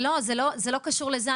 לא, זה לא קשור לזה.